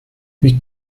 wie